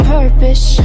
purpose